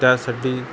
त्यासाठी